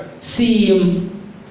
seem